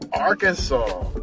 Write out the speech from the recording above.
Arkansas